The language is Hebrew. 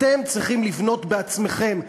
אתם צריכים לבנות בעצמכם.